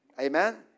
Amen